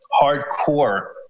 hardcore